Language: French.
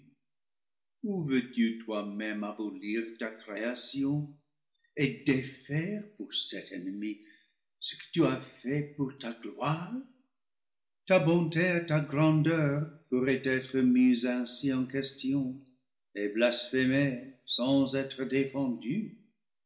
veux-tu toi même abolir ta création et défaire pour cet ennemi ce que tu as fait pour ta gloire ta bonté et ta grandeur pourraient être mises ainsi en question et blasphémées sans être défendues